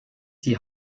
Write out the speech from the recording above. die